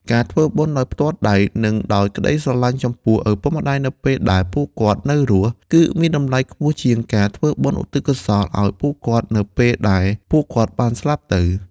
ការធ្វើបុណ្យដោយផ្ទាល់ដៃ និងដោយក្តីស្រឡាញ់ចំពោះឪពុកម្តាយនៅពេលដែលពួកគាត់នៅរស់ គឺមានតម្លៃខ្ពស់ជាងការធ្វើបុណ្យឧទ្ទិសកុសលឲ្យពួកគាត់នៅពេលដែលពួកគាត់បានស្លាប់ទៅ។